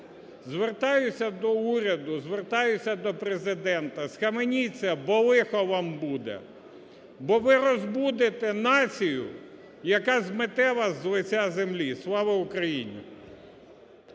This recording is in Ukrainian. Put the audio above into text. звертаюсь до уряду, звертаюсь до Президента. Схаменіться, бо лихо вам буде. Бо ви розбудите націю, яка змете вас з лиця землі. Слава Україні!